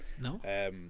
no